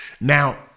Now